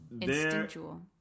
instinctual